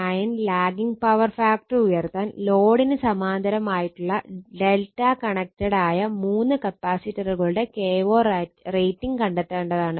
9 lagging power factor ഉയർത്താൻ ലോഡിന് സമാന്തരമായിട്ടുള്ള Δ കണക്റ്റഡ് ആയ മൂന്ന് കപ്പാസിറ്ററുകളുടെ kVAr റേറ്റിംഗ് കണ്ടെത്താനാണ്